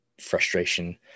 frustration